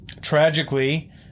Tragically